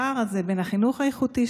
הפער הזה בין החינוך האיכותי,